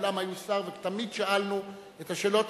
כולם היו שר, ותמיד שאלנו את השאלות.